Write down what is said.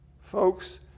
folks